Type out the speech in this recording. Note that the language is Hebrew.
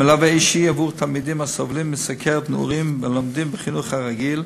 מלווה אישי עבור תלמידים הסובלים מסוכרת נעורים ולומדים בחינוך הרגיל: